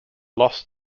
lost